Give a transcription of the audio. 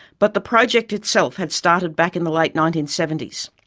but the project itself had started back in the late nineteen seventy s.